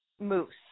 Moose